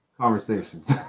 conversations